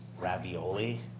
ravioli